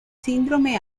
síndrome